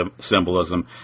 symbolism